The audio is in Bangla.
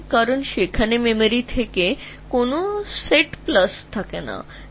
কারণ মেমোরিতে কোনও নির্ধারিত জায়গা নেই